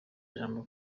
ijambo